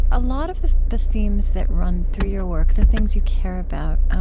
a lot of the the themes that run through your work, the things you care about